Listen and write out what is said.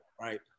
right